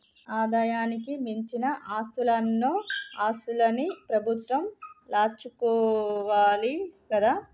ఆదాయానికి మించిన ఆస్తులన్నో ఆస్తులన్ని ప్రభుత్వం లాక్కోవాలి కదా